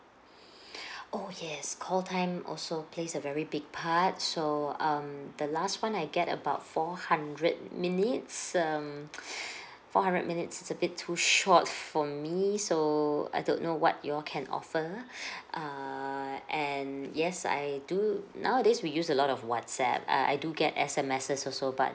oh yes call time also plays a very big part so um the last one I get about four hundred minutes um four hundred minutes is a bit too short for me so I don't know what you all can offer err and yes I do nowadays we use a lot of whatsapp uh I do get S_M_S's also but